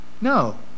No